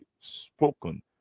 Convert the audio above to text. spoken